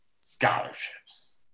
scholarships